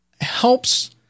helps